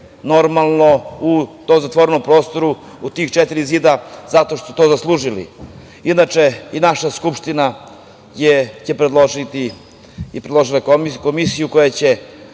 normalno u tom zatvorenom prostoru, u ta četiri zida, zato što su to zaslužili. Inače, naša Skupština će predložiti komisiju koja će